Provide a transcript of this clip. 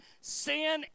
sin